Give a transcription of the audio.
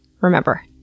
remember